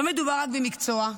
לא מדובר רק במקצוע,